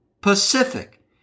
pacific